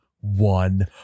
one